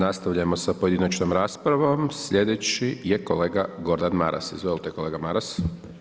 Nastavljamo sa pojedinačnom raspravom, slijedeći je kolega Gordan Maras, izvolite, kolega Maras.